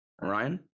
Ryan